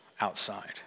outside